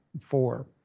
four